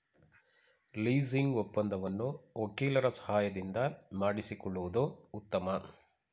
leasing ಒಪ್ಪಂದವನ್ನು ವಕೀಲರ ಸಹಾಯದಿಂದ ಮಾಡಿಸಿಕೊಳ್ಳುವುದು ಉತ್ತಮ